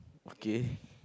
okay